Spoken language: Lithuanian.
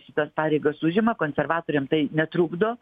šitas pareigas užima konservatoriam tai netrukdo